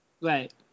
Right